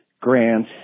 Grant